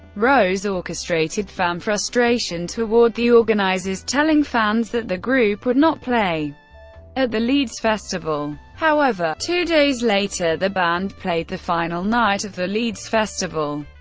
rose orchestrated fan frustration toward the organizers, telling fans that the group would not play at the leeds festival. however, two days later the band played the final night of the leeds festival,